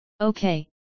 Okay